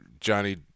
Johnny